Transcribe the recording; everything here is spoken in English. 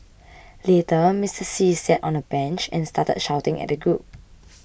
later Mister See sat on a bench and started shouting at the group